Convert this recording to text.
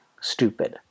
stupid